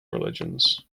religions